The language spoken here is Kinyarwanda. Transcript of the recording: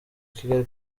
kigali